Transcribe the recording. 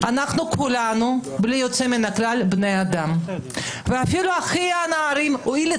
כולנו בלי יוצא מן הכלל בני אדם ואפילו חילי טרופר,